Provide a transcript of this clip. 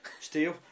steal